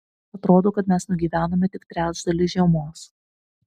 atrodo kad mes nugyvenome tik trečdalį žiemos